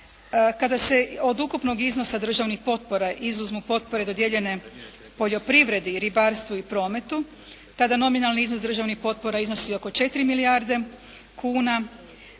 Kada se od ukupnog iznosa državnih potpora izuzmu potpore dodijeljene poljoprivredi, ribarstvu i prometu tada nominalni iznos državnih potpora iznosi oko 4 milijarde kuna